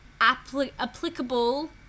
applicable